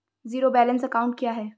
Zero balance account क्या है?